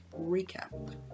recap